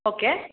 okay